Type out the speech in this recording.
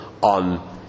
on